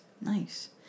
nice